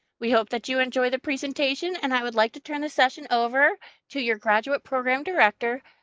we hope that you enjoy the presentation, and i would like to turn the session over to your graduate program director,